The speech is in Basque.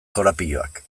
korapiloak